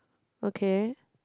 okay